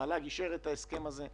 המל"ג אישר את ההסכם הזה.